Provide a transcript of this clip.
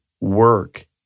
work